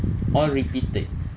all repeated